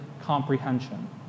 comprehension